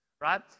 right